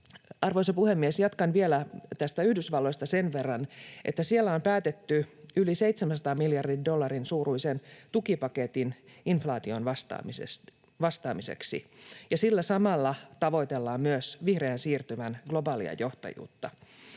Arvoisa puhemies! Jatkan vielä Yhdysvalloista sen verran, että siellä on päätetty yli 700 miljardin dollarin suuruisesta tukipaketista inflaatioon vastaamiseksi, ja sillä tavoitellaan samalla myös vihreän siirtymän globaalia johtajuutta.